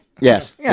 Yes